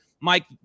Mike